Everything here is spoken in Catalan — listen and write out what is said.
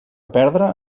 perdre